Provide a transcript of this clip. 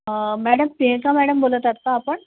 madam Priyanka madam बोलत आहात का आपण